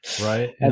right